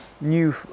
new